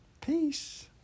Peace